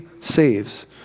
saves